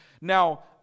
Now